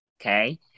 Okay